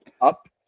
up